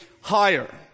higher